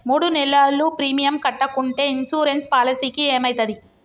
మూడు నెలలు ప్రీమియం కట్టకుంటే ఇన్సూరెన్స్ పాలసీకి ఏమైతది?